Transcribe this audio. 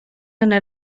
anar